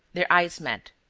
their eyes met.